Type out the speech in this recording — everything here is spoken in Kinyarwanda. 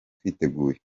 twiteguye